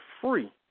free